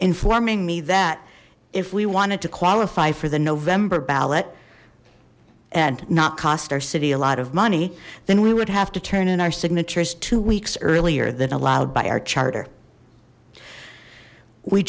informing me that if we wanted to qualify for the november ballot and not cost our city a lot of money then we would have to turn in our signatures two weeks earlier than allowed by our charter we